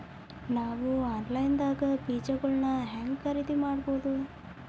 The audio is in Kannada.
ನಾವು ಆನ್ಲೈನ್ ದಾಗ ಬೇಜಗೊಳ್ನ ಹ್ಯಾಂಗ್ ಖರೇದಿ ಮಾಡಬಹುದು?